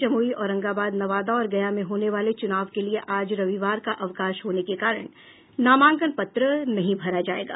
जमुई औरंगाबाद नवादा और गया में होने वाले चुनाव के लिए आज रविवार का अवकाश होने के कारण नामांकन पत्र नहीं भरा जायेगा